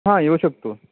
हां येऊ शकतो